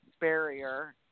barrier